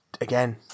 again